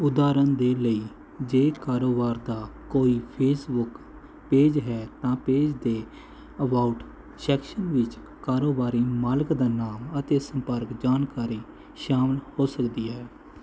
ਉਦਾਹਰਣ ਦੇ ਲਈ ਜੇ ਕਾਰੋਬਾਰ ਦਾ ਕੋਈ ਫੇਸਬੁੱਕ ਪੇਜ ਹੈ ਤਾਂ ਪੇਜ ਦੇ ਅਬਾਉਟ ਸੈਕਸ਼ਨ ਵਿੱਚ ਕਾਰੋਬਾਰੀ ਮਾਲਕ ਦਾ ਨਾਮ ਅਤੇ ਸੰਪਰਕ ਜਾਣਕਾਰੀ ਸ਼ਾਮਲ ਹੋ ਸਕਦੀ ਹੈ